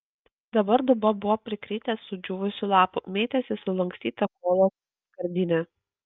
dabar dubuo buvo prikritęs sudžiūvusių lapų mėtėsi sulankstyta kolos skardinė